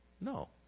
No